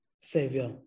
savior